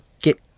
get